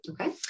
Okay